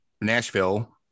Nashville